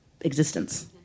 existence